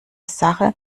sache